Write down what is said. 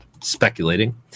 speculating